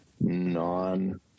non